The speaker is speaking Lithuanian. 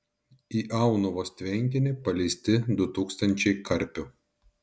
į aunuvos tvenkinį paleisti du tūkstančiai karpių